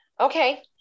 Okay